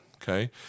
Okay